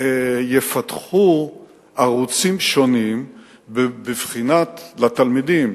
יפתחו ערוצים שונים לתלמידים,